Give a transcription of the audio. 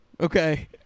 okay